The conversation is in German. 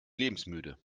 lebensmüde